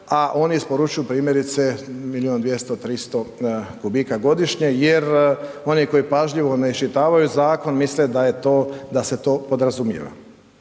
a oni isporučuju primjerice milijun, 200, 300 kubika godišnje jer oni koji pažljivo ne isčitavaju zakon, misle da se to podrazumijeva.